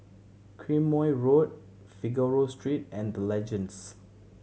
Quemoy Road Figaro Street and The Legends